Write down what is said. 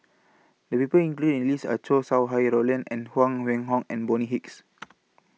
The People included in The list Are Chow Sau Hai Roland and Huang Wenhong and Bonny Hicks